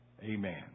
Amen